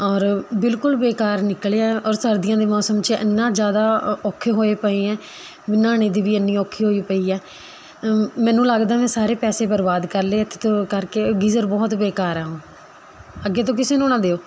ਔਰ ਬਿਲਕੁਲ ਬੇਕਾਰ ਨਿਕਲਿਆ ਔਰ ਸਰਦੀਆਂ ਦੇ ਮੌਸਮ 'ਚ ਇੰਨਾਂ ਜ਼ਿਆਦਾ ਅ ਔਖੇ ਹੋਏ ਪਏ ਹੈ ਨਹਾਉਣੇ ਦੀ ਵੀ ਇੰਨੀ ਔਖੀ ਹੋਈ ਪਈ ਹੈ ਮੈਨੂੰ ਲੱਗਦਾ ਮੈਂ ਸਾਰੇ ਪੈਸੇ ਬਰਬਾਦ ਕਰ ਲਏ ਇੱਥੇ ਤੋਂ ਕਰਕੇ ਗੀਜ਼ਰ ਬਹੁਤ ਬੇਕਾਰ ਹੈ ਉਹ ਅੱਗੇ ਤੋਂ ਕਿਸੇ ਨੂੰ ਨਾ ਦਿਓ